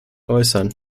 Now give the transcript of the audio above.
äußern